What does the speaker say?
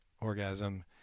orgasm